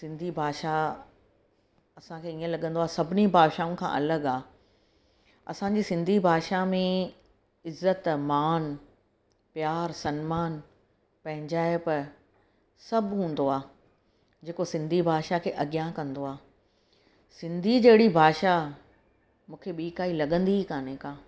सिंधी भाषा असांखे ईअं लॻंदो आहे सभिनी भाषाउनि खां अलॻि आहे असांजी सिंधी भाषा में इज़त मानु प्यारु सम्मानु पंहिंजाइप सभु हूंदो आहे जेको सिंधी भाषा खे अॻियां कंदो आहे सिंधी जहिड़ी भाषा मूंखे ॿीं काई लॻंदी ई कान्हे का